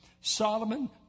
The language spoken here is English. Solomon